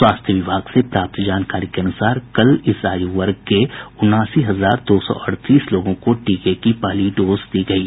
स्वास्थ्य विभाग से प्राप्त जानकारी के अनुसार कल इस आयु वर्ग के उनासी हजार दो सौ अड़तीस लोगों को टीके की पहली डोज दी गयी